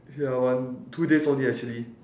ya one two days only actually